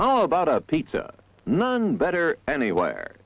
how about a pizza none better anywhere